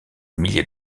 milliers